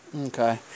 Okay